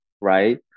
right